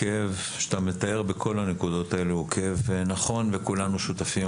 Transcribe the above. הכאב שאתה מתאר בכל הנקודות האלו הוא כאב נכון וכולנו שותפים.